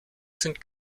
sind